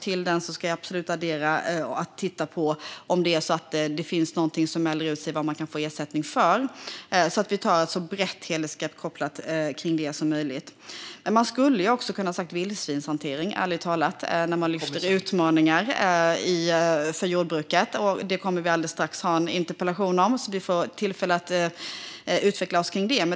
Till detta ska jag absolut addera att jag ska titta på om det finns någonting som mäler ut sig i vad man kan få ersättning för. Vi tar alltså ett så brett helhetsgrepp som möjligt om detta. Man skulle ärligt talat också kunna prata om vildsvinshanteringen när man lyfter utmaningar för jordbruket. Det kommer vi alldeles strax att ha en interpellationsdebatt om, så vi får tillfälle att utveckla oss om detta.